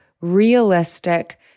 realistic